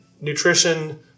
Nutrition